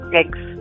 eggs